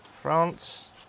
France